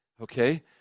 Okay